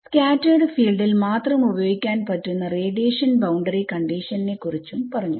scattered ഫീൽഡിൽ മാത്രം പ്രയോഗിക്കാൻ പറ്റുന്ന റേഡിയേഷൻ ബൌണ്ടറി കണ്ടിഷൻ നെ കുറിച്ചും പറഞ്ഞു